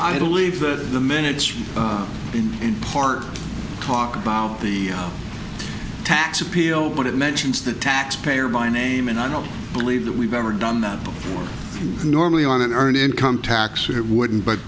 i believe that the minutes in in part talk about the tax appeal but it mentions the taxpayer by name and i don't believe that we've ever done that before and normally on unearned income tax it wouldn't but